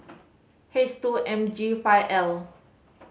his two M G five L